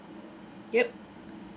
yup